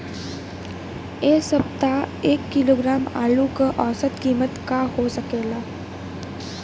एह सप्ताह एक किलोग्राम आलू क औसत कीमत का हो सकेला?